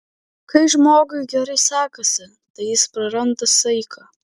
kai žmogui gerai sekasi tai jis praranda saiką